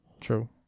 True